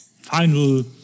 final